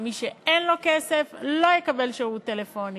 ומי שאין לו כסף לא יקבל שירות טלפוני.